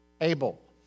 Abel